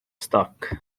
stoc